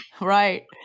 Right